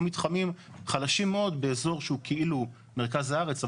או מתחמים חלשים מאוד באזור שהוא כאילו מרכז הארץ,